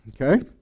okay